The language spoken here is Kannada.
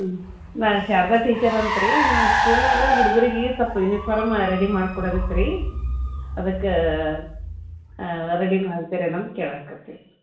ಹ್ಞೂ ನಾನು ಶಾರದಾ ಟೀಚರ್ ಅಂತ ರೀ ನಮ್ಮ ಸ್ಕೂಲ್ನಾಗ ಹುಡ್ಗುರ್ಗೆ ಸ್ವಲ್ಪ ಯುನಿಫಾರ್ಮ ರೆಡಿ ಮಾಡಿ ಕೊಡಾದಿತ್ತು ರೀ ಅದಕ್ಕೆ ರೆಡಿ ಮಾಡ್ತೀರೇನೋ ಅಂತ ಕೇಳಾಕತ್ತೀನಿ